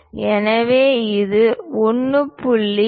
எனவே இது 1